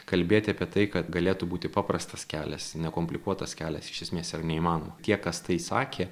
kalbėti apie tai kad galėtų būti paprastas kelias nekomplikuotas kelias iš esmės yra neįmanoma tie kas tai sakė